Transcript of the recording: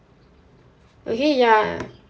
okay ya